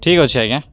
ଠିକ ଅଛି ଆଜ୍ଞା